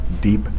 deep